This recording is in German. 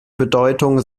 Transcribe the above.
bedeutung